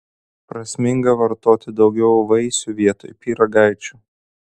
prasminga vartoti daugiau vaisių vietoj pyragaičių